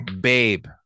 Babe